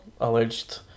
alleged